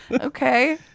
Okay